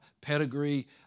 pedigree